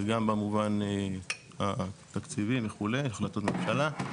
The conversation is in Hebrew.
וגם במובן התקציבי שכולל החלטות ממשלה.